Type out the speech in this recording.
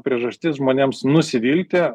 priežastis žmonėms nusivilti